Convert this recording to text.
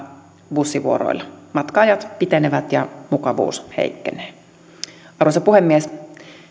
bussivuoroilla matka ajat pitenevät ja mukavuus heikkenee arvoisa puhemies